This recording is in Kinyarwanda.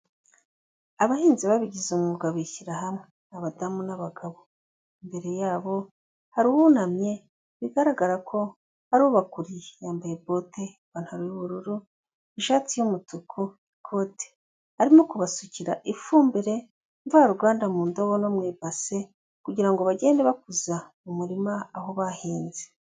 Abahinzi babigize umwuga bishyira hamwe, abadamu n'abagabo. Imbere yabo hari uwunamye, bigaragara ko ari ubakuriye. Yambaye bote, ipantaro y'ubururu, ishati y'umutuku, ikote, arimo kubasukira ifumbire mvaruganda mu ndobo no mu ibase, kugira ngo bagende bakuza mu murima aho bahinze.